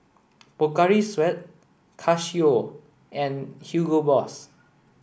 Pocari Sweat Casio and Hugo Boss